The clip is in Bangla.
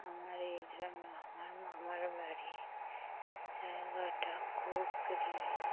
আমার এই জন্য আমার মামার বাড়ি জায়গাটা খুব প্রিয়